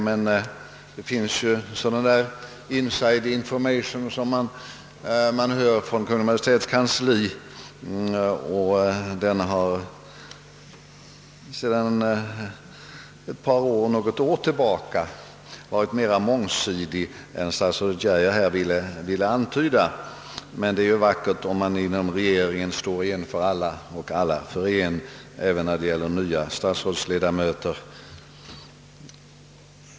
Men man får ju viss inside information från Kungl. Maj:ts kansli, och denna har sedan något år tillbaka varit mera mångsidig än statsrådet Geijer ville antyda.